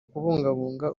kubungabunga